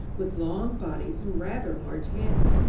with long bodies and rather large heads.